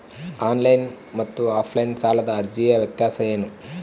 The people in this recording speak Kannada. ಆನ್ಲೈನ್ ಮತ್ತು ಆಫ್ಲೈನ್ ಸಾಲದ ಅರ್ಜಿಯ ವ್ಯತ್ಯಾಸ ಏನು?